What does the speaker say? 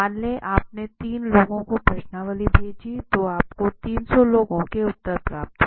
मान लें आप ने तीन लोगों को प्रश्नावली भेजी तो आपको 300 लोगों के उत्तर प्राप्त हुए हैं